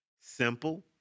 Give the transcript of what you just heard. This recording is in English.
Simple